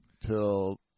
till